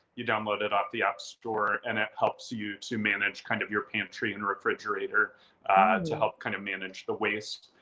you download it off the app store and it helps you to manage kind of your pantry and refrigerator to help kind of manage the waste.